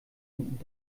und